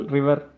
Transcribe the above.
River